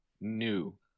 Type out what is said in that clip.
new